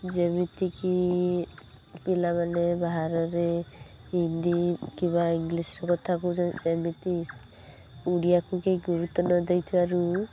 ଯେମିତି କି ପିଲାମାନେ ବାହାରରେ ହିନ୍ଦୀ କିମ୍ୱା ଇଂଲିଶରେ କଥା କହୁଛନ୍ତି ସେମିତି ଓଡ଼ିଆକୁ କେହି ଗୁରୁତ୍ୱ ନ ଦେଇ ଥିବାରୁ